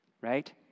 Right